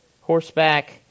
horseback